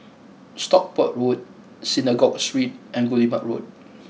Stockport Road Synagogue Street and Guillemard Road